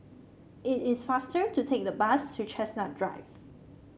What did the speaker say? it is faster to take the bus to Chestnut Drive